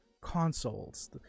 consoles